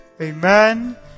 amen